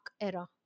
era